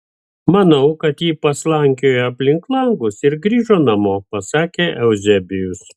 manau kad ji paslankiojo aplink langus ir grįžo namo pasakė euzebijus